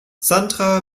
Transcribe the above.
sandra